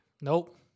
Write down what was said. nope